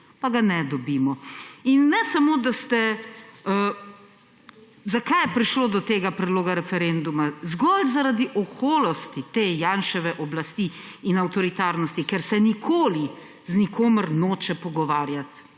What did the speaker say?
pa ga ne dobimo. In ne samo, da ste … Zakaj je prišlo do tega predloga referenduma? Zgolj zaradi oholosti te Janševe oblasti in avtoritarnosti, ker se nikoli z nikomer noče pogovarjati.